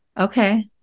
Okay